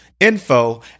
Info